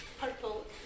purple